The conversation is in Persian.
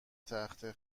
تخته